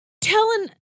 telling